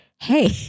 Hey